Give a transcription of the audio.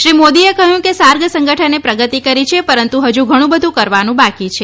શ્રી મોદીએ કહ્યું કે સાર્ક સંગઠને પ્રગતિ કરી છે પરંતુ હજુ ઘણુ બધુ કરવાનું જરૂરી છે